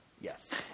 Yes